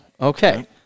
Okay